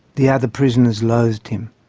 the other prisoners loathed him.